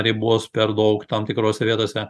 ribos per daug tam tikrose vietose